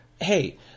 Hey